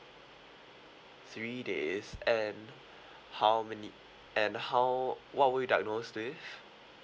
three days and how many and how what were you diagnosed with